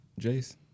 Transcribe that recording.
Jace